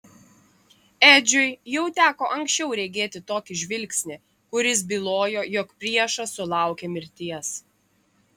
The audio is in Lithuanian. edžiui jau teko anksčiau regėti tokį žvilgsnį kuris bylojo jog priešas sulaukė mirties